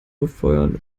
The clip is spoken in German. befeuern